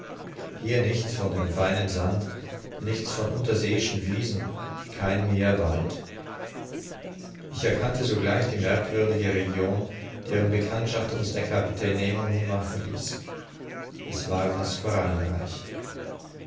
hier nichts von dem seinen sand nichts von unterseeischen wiesen kein meer wald ich erkannte sogleich die merkwürdige region deren bekanntschaft uns der kapitän nemo nun machen ließ es war das